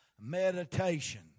meditation